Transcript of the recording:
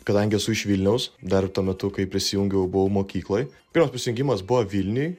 kadangi esu iš vilniaus dar tuo metu kai prisijungiau buvau mokykloj pirmas prisijungimas buvo vilniuj